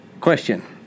Question